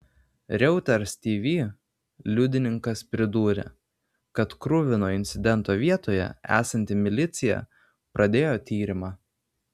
reuters tv liudininkas pridūrė kad kruvino incidento vietoje esanti milicija pradėjo tyrimą